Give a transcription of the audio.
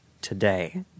today